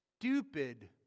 stupid